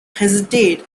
hesitate